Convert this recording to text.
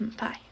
Bye